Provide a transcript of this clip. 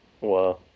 Wow